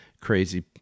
crazy